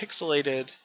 pixelated